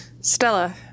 Stella